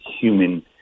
human